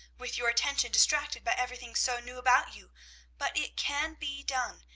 with your attention distracted by everything so new about you but it can be done,